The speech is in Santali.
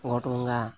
ᱜᱚᱴ ᱵᱚᱸᱜᱟ